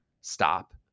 stop